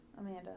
Amanda